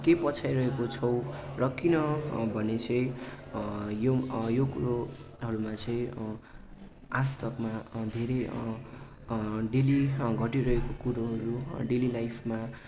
के पछ्याइरहेको छौँ र किनभने चाहिँ यो यो कुरोहरूमा चाहिँ आज तकमा धेरै डेली घटिरहेको कुरोहरू डेली लाइफमा